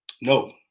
No